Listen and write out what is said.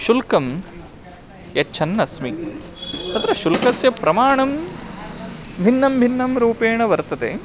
शुल्कं यच्छन् अस्मि तत्र शुल्कस्य प्रमाणं भिन्नभिन्न रूपेण वर्तते